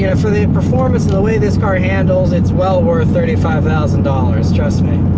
yeah for the performance, and the way this car handles, it's well worth thirty five thousand dollars, trust me.